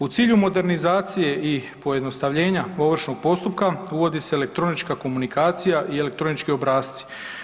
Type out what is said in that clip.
U cilju modernizacije i pojednostavljenja ovršnog postupka uvodi se elektronička komunikacija i elektronički obrasci.